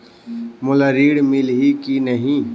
मोला ऋण मिलही की नहीं?